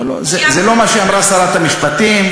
זה לא מה שאמרה שרת המשפטים.